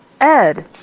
Ed